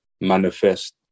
manifest